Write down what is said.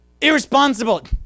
irresponsible